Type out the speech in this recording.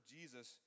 Jesus